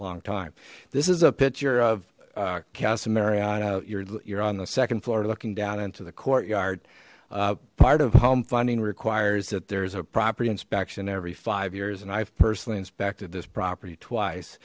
long time this is a picture of casa mariana you're you're on the second floor looking down into the courtyard part of home funding requires that there's a property inspection every five years and i've personally inspected this property twice